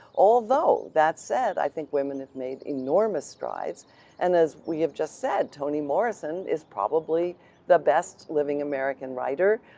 although that said, i think women have made enormous strides and as we have just said, toni morrison is probably the best living american writer.